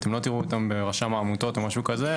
אתם לא תראו אותם ברשם העמותות, או משהו כזה.